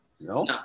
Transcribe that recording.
No